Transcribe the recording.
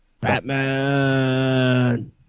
Batman